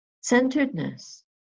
centeredness